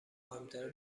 مهمتره